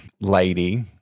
lady